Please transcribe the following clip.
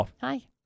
Hi